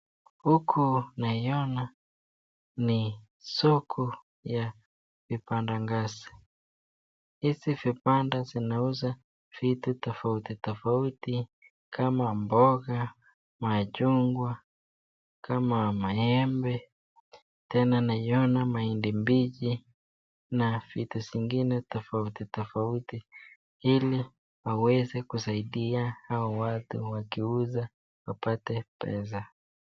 Huku naiona ni soko ya vipanda ngazi, hizi vibanda vinauza vitu tofauti tofauti kama mboga, machungwa, kama maembe, tena naiona mahindi mbichi na vitu zingine tofauti tofauti, ili waweze kusaidia hao watu wakiuza wapate pesa.